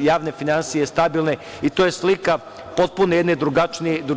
javne finansije stabilne i to je slika potpuno jedne